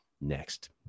next